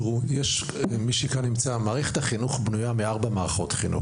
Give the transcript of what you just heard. תראו, מערכת החינוך בנויה מארבע מערכות חינוך.